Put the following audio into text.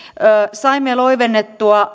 saimme loivennettua